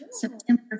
September